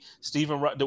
Stephen